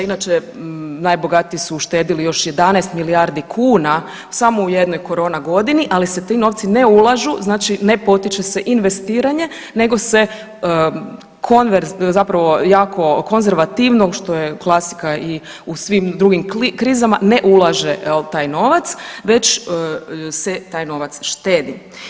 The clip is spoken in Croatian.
Inače najbogatiji su uštedili još 11 milijardi kuna samo u jednoj korona godini, ali se ti novci ne ulažu znači ne potiče se investiranje nego se jako konzervativno, što je klasika i u svim drugim krizama ne ulaže jel taj novac već se taj novac štedi.